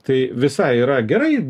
tai visai yra gerai